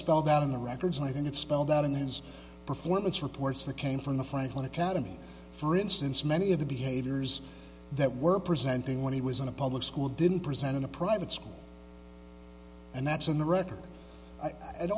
spelled out in the records and i think it's spelled out in his performance reports that came from the franklin academy for instance many of the behaviors that we're presenting when he was in a public school didn't present in a private school and that's in the record